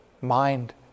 mind